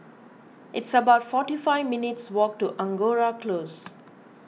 it's about forty five minutes' walk to Angora Close